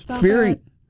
Fearing